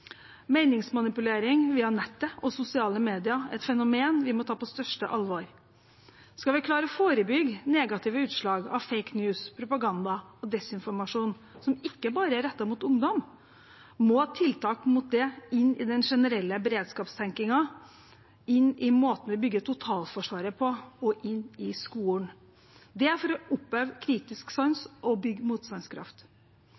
Meningsmanipulering via nettet og sosiale medier er et fenomen vi må ta på største alvor. Skal vi klare å forebygge negative utslag av «fake news», propaganda og desinformasjon som ikke bare er rettet mot ungdom, må tiltak mot det inn i den generelle beredskapstenkingen, inn i måten vi bygger totalforsvaret på, og inn i skolen – for å oppøve kritisk